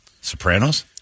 Sopranos